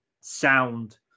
sound